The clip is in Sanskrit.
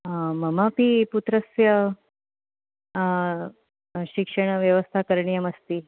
ममापि पुत्रस्य शिक्षणव्यवस्था करणीयमस्ति